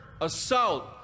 assault